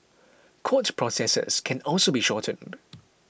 court processes can also be shortened